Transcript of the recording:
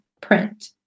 print